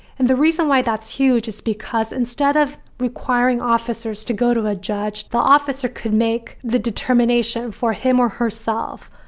and the reason why that's huge is because instead of requiring officers to go to a judge the officer could make the determination for him or herself.